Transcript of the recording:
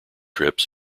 trips